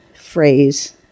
phrase